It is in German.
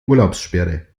urlaubssperre